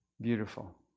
beautiful